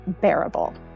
bearable